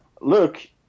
Look